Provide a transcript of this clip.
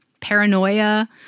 paranoia